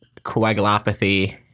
coagulopathy